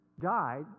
died